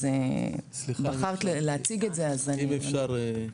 אז בחרת להציג את זה --- סליחה אם אפשר להגיב.